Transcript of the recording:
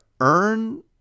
earn